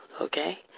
okay